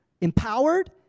empowered